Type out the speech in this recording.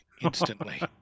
instantly